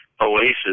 oasis